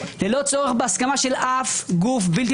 ללא צורך בהסכמה של אף גוף בלתי